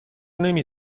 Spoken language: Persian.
نمی